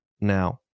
now